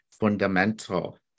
fundamental